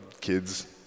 kids